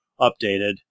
updated